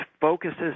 focuses